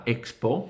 Expo